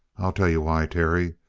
i'll tell you why, terry.